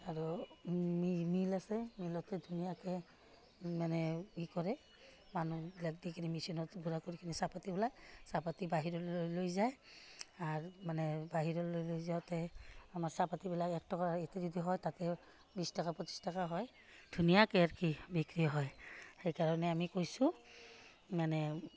আৰু মিল আছে মিলততে ধুনীয়াকৈ মানে কি কৰে মানুহবিলাক দি কিনি মেচিনত ঘুৰা কৰি কিনি চাহপাতবিলাক চাহপাত বাহিৰলৈ লৈ যায় আৰু মানে বাহিৰলৈ লৈ যাওঁতে আমাৰ চাহপাতবিলাক এক টকাৰ ইয়াতে যদি হয় তাতে বিছ টকা পঁচিছ টকা হয় ধুনীয়াকৈ আৰু বিক্ৰী হয় সেইকাৰণে আমি কৈছোঁ মানে